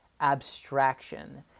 Abstraction